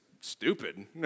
stupid